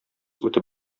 үтеп